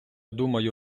думаю